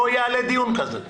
לא יעלה דיון כזה.